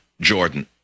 Jordan